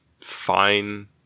fine